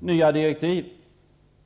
nya direktiv.